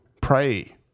Pray